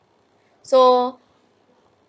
so